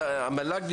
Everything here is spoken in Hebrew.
משרד המל"ג,